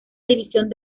división